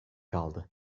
kaldı